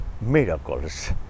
miracles